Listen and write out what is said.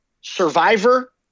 Survivor